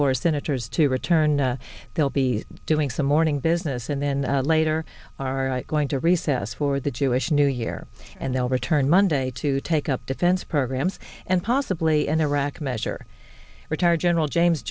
for senators to return they'll be doing some morning business and then later all right going to recess for the jewish new year and they'll return monday to take up defense programs and possibly an iraq measure retired general james